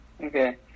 okay